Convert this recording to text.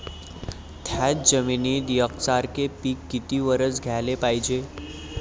थ्याच जमिनीत यकसारखे पिकं किती वरसं घ्याले पायजे?